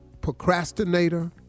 procrastinator